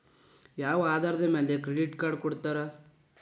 ಯಾವ ಆಧಾರದ ಮ್ಯಾಲೆ ಕ್ರೆಡಿಟ್ ಕಾರ್ಡ್ ಕೊಡ್ತಾರ?